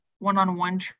one-on-one